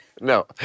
no